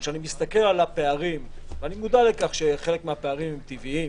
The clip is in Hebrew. כשאני מסתכל על הפערים ואני מודע לכך שחלק מהפערים הם טבעיים